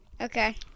Okay